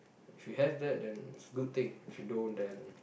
should have that then it's a good thing should don't then